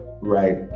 right